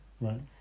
right